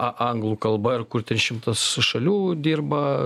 a anglų kalba ir kur tris šimtus šalių dirba